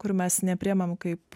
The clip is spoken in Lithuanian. kur mes nepriimam kaip